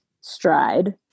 stride